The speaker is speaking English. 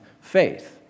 faith